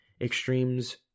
Extremes